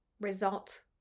result